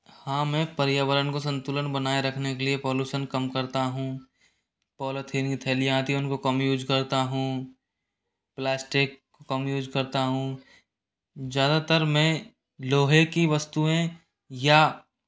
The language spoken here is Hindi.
हाँ मैं पर्यावरण के संतुलन बनाए रखने के लिए पॉल्यूसन कम करता हूँ पॉलिथीन की थैलियाँ आती है उन को कम ही यूज करता हूँ प्लास्टिक कम यूज़ करता हूँ ज़्यादातर मैं लोहे की वस्तुएँ या